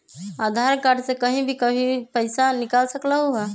आधार card से कहीं भी कभी पईसा निकाल सकलहु ह?